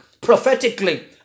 prophetically